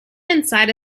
inside